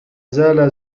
زال